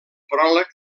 pròleg